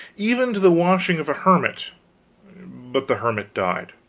even to the washing of a hermit but the hermit died.